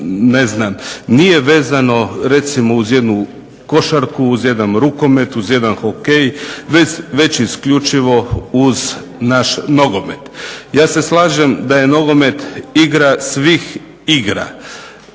nije vezano recimo uz jednu košarku, uz jedan rukomet, uz jedan hokej već isključivo uz naš nogomet. Ja se slažem da je nogomet igra svih igra,